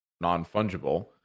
non-fungible